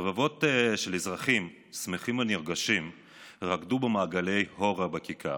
רבבות אזרחים שמחים ונרגשים רקדו במעגלי הורה בכיכר.